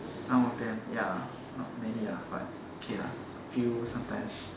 some of them ya not many ah but okay lah a few sometimes